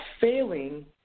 failing